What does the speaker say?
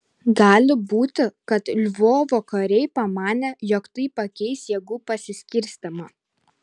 gali būti kad lvovo kariai pamanė jog tai pakeis jėgų pasiskirstymą